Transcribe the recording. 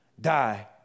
Die